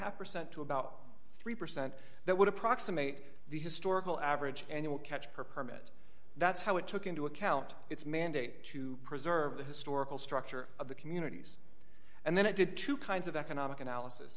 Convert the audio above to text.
presented to about three percent that would approximate the historical average annual catch her permit that's how it took into account its mandate to preserve the historical structure of the communities and then it did two kinds of economic analysis